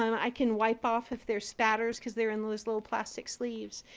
i can wipe off if there's spatters because they're in those little plastic sleeves.